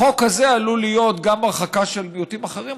החוק הזה עלול להיות גם הרחקה של מיעוטים אחרים,